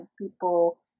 people